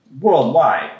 worldwide